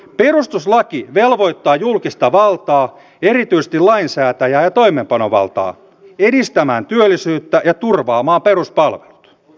perustuslaki velvoittaa julkista valtaa erityisesti lainsäätäjää ja toimeenpanovaltaa edistämään työllisyyttä ja turvaamaan peruspalvelut